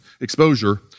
exposure